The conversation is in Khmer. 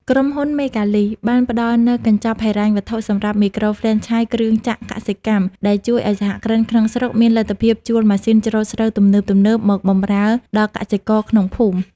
ក្រុមហ៊ុន មេហ្គាឡីស (Mega Lease) បានផ្ដល់នូវកញ្ចប់ហិរញ្ញវត្ថុសម្រាប់មីក្រូហ្វ្រេនឆាយគ្រឿងចក្រកសិកម្ម ដែលជួយឱ្យសហគ្រិនក្នុងស្រុកមានលទ្ធភាពជួលម៉ាស៊ីនច្រូតស្រូវទំនើបៗមកបម្រើដល់កសិករក្នុងភូមិ។